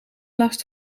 last